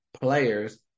players